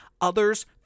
others